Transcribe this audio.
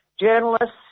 journalists